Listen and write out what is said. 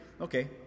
Okay